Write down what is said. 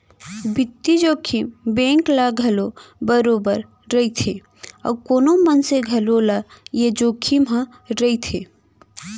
बित्तीय जोखिम बेंक ल घलौ बरोबर रइथे अउ कोनो मनसे घलौ ल ए जोखिम ह रइथे